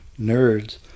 nerds